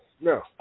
No